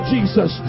Jesus